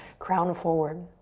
crown forward.